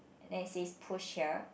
as is push here